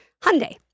Hyundai